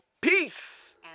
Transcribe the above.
Peace